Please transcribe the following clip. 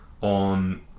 on